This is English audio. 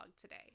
today